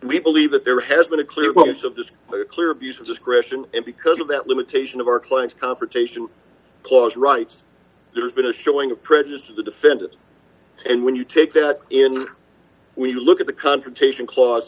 we believe that there has been a clear sense of this clear abuse of discretion and because of that limitation of our client's confrontation clause rights there's been a showing of prejudice to the defendants and when you take that in when you look at the confrontation cla